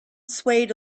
swayed